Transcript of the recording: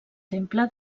temple